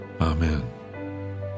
Amen